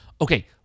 Okay